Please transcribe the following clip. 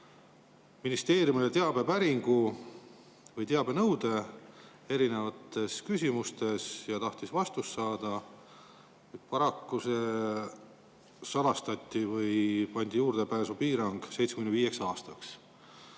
ministeeriumile teabepäringu või teabenõude erinevates küsimustes ja tahtis vastust saada. Paraku see salastati või sellele pandi juurdepääsupiirang 75 aastaks